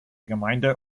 gemeinde